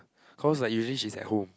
cause like usually she's at home